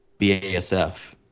BASF